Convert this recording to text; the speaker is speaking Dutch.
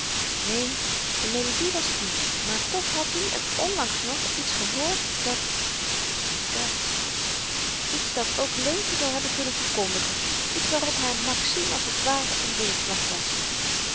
neen n melodie was t niet waar toch had i en onlangs nog iets gehoord dat dat iets dat ook leentje zou hebben kunnen verkondigen iets waarop haar maxime als t ware n weerslag was